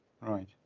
right